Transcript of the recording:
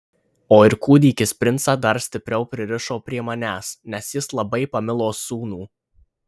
o ir kūdikis princą dar stipriau pririšo prie manęs nes jis labai pamilo sūnų